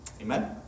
Amen